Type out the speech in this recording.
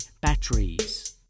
batteries